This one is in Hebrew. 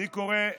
אני קורא,